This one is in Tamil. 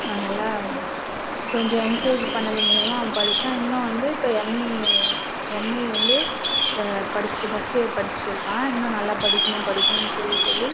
அவன் நல்லா கொஞ்சம் என்க்ரேஜ் பண்றது மூலியமாக அவன் படித்தான் இன்னும் வந்து இப்போ எம்இ எம்இ வந்து இப்போ படிச்சிகிட்டு ஃபர்ஸ்ட் இயர் படிச்சிகிட்டு இருக்கான் இன்னும் நல்லா படிக்கணும் படிக்கணும் சொல்லி சொல்லி